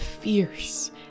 fierce